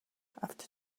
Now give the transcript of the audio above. after